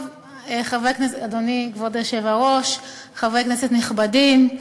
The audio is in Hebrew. אדוני כבוד היושב-ראש, חברי כנסת נכבדים,